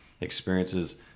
experiences